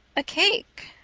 a cake,